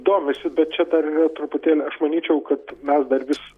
domisi bet čia dar yra truputėlį aš manyčiau kad mes dar vis